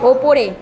ওপরে